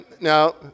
now